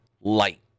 light